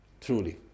Truly